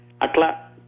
Atla